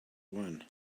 won